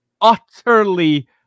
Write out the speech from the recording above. utterly